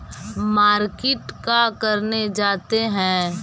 Market का करने जाते हैं?